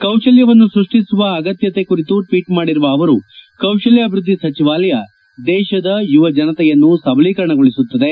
ಕೌಶಲ್ಯವನ್ನು ಸ್ಕಷ್ಟಿಸುವ ಅಗತ್ಯತೆ ಕುರಿತು ಟ್ವೀಟ್ ಮಾಡಿರುವ ಅವರು ಕೌಶಲ್ಯ ಅಭಿವೃದ್ದಿ ಸಚಿವಾಲಯ ದೇಶದ ಯುವ ಜನತೆಯನ್ನು ಸಬಲೀಕರಣಗೊಳಿಸುತ್ತದೆ